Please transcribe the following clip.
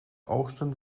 oosten